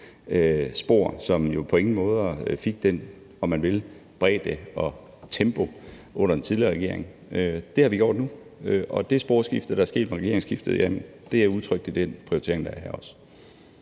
spor, som jo på ingen måder fik, om man vil, den bredde og det tempo under den tidligere regering. Det har vi gjort nu, og det sporskifte, der er sket med regeringsskiftet, er udtrykt i den prioritering, der er her.